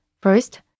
First